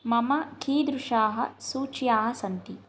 मम कीदृशाः सूच्यः सन्ति